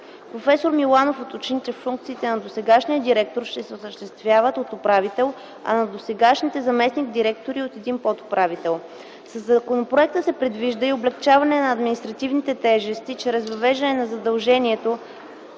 Професор Миланов уточни, че функциите на досегашния директор ще се осъществяват от управител, а на досегашните заместник-директори от един подуправител. Със законопроекта се предвижда и облекчаване на административните тежести чрез въвеждане на задължението